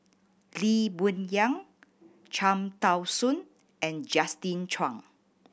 Lee Boon Yang Cham Tao Soon and Justin Zhuang